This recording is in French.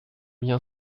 bien